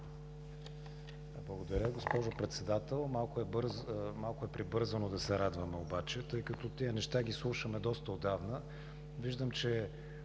Благодаря, госпожо Председател. Малко е прибързано да се радваме, тъй като тези неща ги слушаме доста отдавна. Виждам, че